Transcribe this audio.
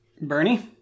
Bernie